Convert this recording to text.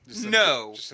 No